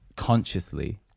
Consciously